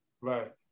Right